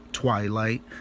Twilight